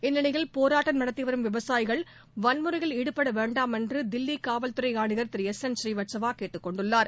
இந்நிலையில் போராட்டம் நடத்திவரும் விவசாயிகள் வன்முறையில் ஈடுபடவேண்டாம் என்றுதில்லிகாவல்துறைஆணையர் திரு எஸ் என் பூரீவத்ஸவாகேட்டுக் கொண்டுள்ளார்